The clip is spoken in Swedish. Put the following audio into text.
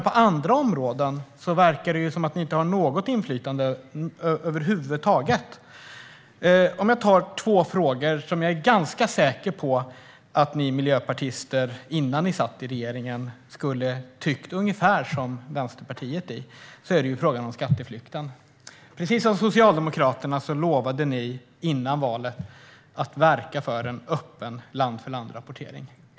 På andra områden verkar det som att ni inte har något inflytande över huvud taget. Jag ska nämna två frågor där jag är ganska säker på att ni miljöpartister innan ni satt i regeringen skulle ha tyckt ungefär som Vänsterpartiet. Den ena är frågan om skatteflykten. Precis som Socialdemokraterna lovade ni före valet att verka för en öppen land-för-landrapportering.